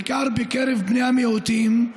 בעיקר בקרב בני המיעוטים,